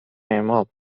امام